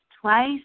twice